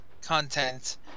content